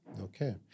Okay